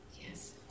yes